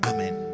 Amen